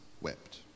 wept